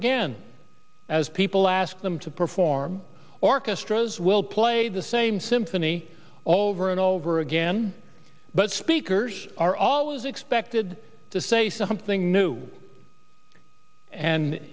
again as people ask them to perform orchestras will play the same symphony all over and over again but speakers are always expected to say something new and